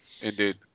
Indeed